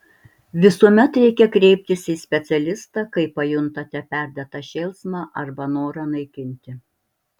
visuomet reikia kreiptis į specialistą kai pajuntate perdėtą šėlsmą arba norą naikinti